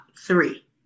three